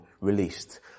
released